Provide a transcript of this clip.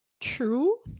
truth